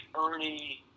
Ernie